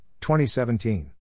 2017